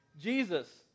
Jesus